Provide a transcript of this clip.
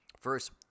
first